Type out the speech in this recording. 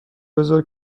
بزار